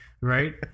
right